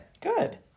good